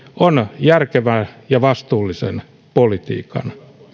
on järkevän ja vastuullisen politiikan